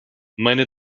meine